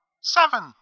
Seven